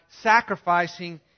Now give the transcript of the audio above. sacrificing